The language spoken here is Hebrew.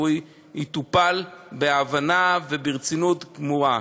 והוא יטופל בהבנה וברצינות גמורה.